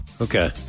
Okay